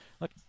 look